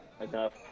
enough